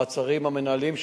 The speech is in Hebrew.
המעצרים המינהליים,